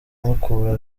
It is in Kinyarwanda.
mukura